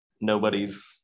nobody's